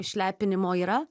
išlepinimo yra